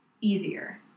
Easier